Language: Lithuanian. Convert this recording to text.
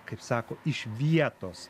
kaip sako iš vietos